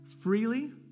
freely